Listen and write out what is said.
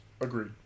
Agreed